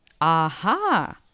Aha